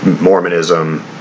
Mormonism